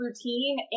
routine